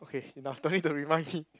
enough don't need to remind me